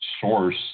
source